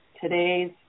today's